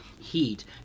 heat